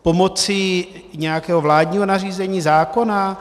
Pomocí nějakého vládního nařízení zákona?